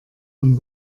und